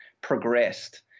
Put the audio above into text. progressed